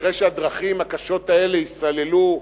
אחרי שהדרכים הקשות האלה ייסללו,